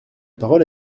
parole